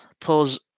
pulls